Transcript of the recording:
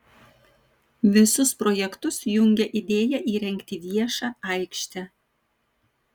visus projektus jungia idėja įrengti viešą aikštę